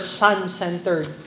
sun-centered